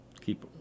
keep